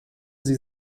sie